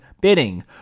bidding